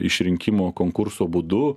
išrinkimo konkurso būdu